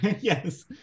Yes